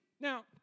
Now